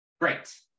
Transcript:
Great